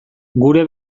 gure